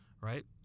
right